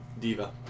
Diva